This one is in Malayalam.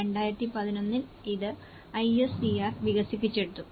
2011 ൽ ഇത് ISDR വികസിപ്പിച്ചെടുത്തു